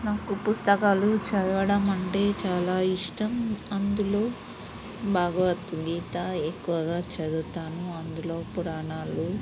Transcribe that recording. నాకు పుస్తకాలు చదవడం అంటే చాలా ఇష్టం అందులో భగవద్గీత ఎక్కువగా చదువుతాను అందులో పురాణాలు